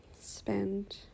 spend